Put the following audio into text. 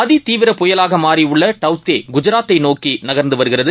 அதிதீவிர புயலாகமாறியுள்ளடவ் தேகுஜராத்தைநோக்கிநகா்ந்துவருகிறது